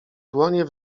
dłonie